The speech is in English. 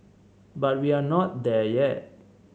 but we're not there yet